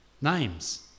names